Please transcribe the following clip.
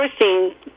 forcing